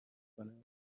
کنند